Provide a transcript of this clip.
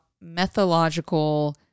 methodological